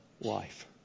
life